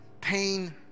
pain